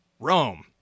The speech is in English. Rome